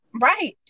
Right